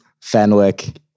Fenwick